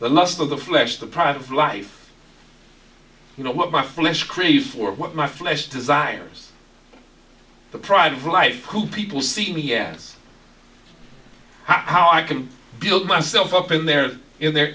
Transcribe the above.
the lust of the flesh the pride of life you know what my flesh crave for what my flesh desires the private life who people see me as how i can build myself up in their in their